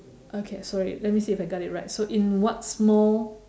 okay sorry let me see if I got it right so in what small